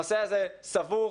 הנושא סבוך.